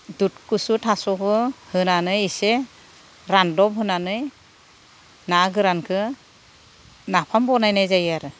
दुत कसु थास'खौबो होनानै एसे रानदब होनानै ना गोरानखौ नाफाम बानायनाय जायो आरो